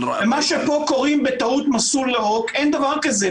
ומה שפה קוראים בטעות "מסלול ירוק" אין דבר כזה.